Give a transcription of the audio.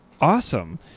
Awesome